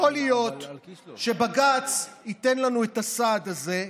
יכול להיות שבג"ץ ייתן לנו את הסעד הזה,